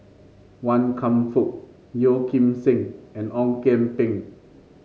Wan Kam Fook Yeo Kim Seng and Ong Kian Peng